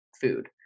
food